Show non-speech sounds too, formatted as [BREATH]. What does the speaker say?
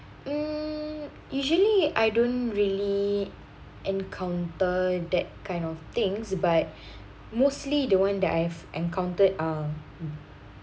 mm usually I don't really encounter that kind of things but [BREATH] mostly the one that I've encountered are